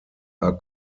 are